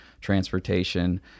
transportation